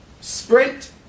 Sprint